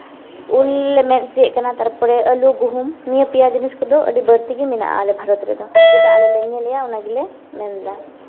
ᱩᱞ ᱞᱮ ᱢᱮᱱ ᱦᱚᱪᱚᱭᱮᱫ ᱠᱟᱱᱟ ᱛᱟᱨᱯᱚᱨᱮ ᱟᱹᱞᱩ ᱜᱩᱦᱩᱢ ᱱᱤᱭᱟᱹ ᱯᱮᱭᱟ ᱡᱤᱱᱤᱥ ᱠᱚᱫᱚ ᱟᱹᱰᱤ ᱵᱟᱹᱲᱛᱤ ᱜᱮ ᱢᱮᱱᱟᱜᱼᱟ ᱟᱞᱮ ᱵᱷᱟᱨᱚᱛ ᱨᱮᱫᱚ ᱪᱮᱫᱟᱜ ᱟᱞᱮ ᱞᱮ ᱧᱮᱞ ᱮᱜᱼᱟ ᱚᱱᱟ ᱜᱮᱞᱮ ᱢᱮᱱᱫᱟ